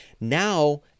Now